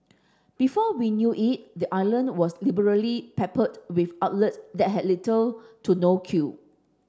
before we knew it the island was liberally peppered with outlets that had little to no queue